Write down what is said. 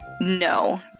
No